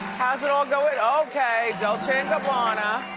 how's it all going, okay, dolce and gabbana.